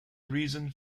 reasons